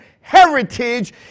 heritage